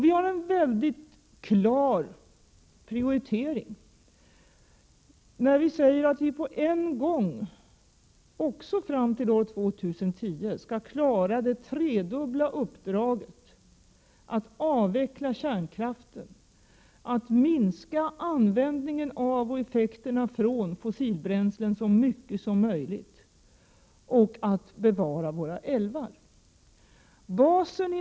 Vi har en mycket klar prioritering när vi säger att vi på en gång — också fram till år 2010 — skall klara det tredubbla uppdraget att avveckla kärnkraften, minska användningen av och effekterna från fossilbränslen så mycket som möjligt samt bevara våra älvar.